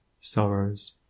sorrows